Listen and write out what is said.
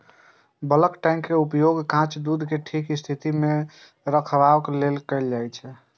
bulk tank के उपयोग कांच दूध कें ठीक स्थिति मे रखबाक लेल कैल जाइ छै